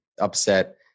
upset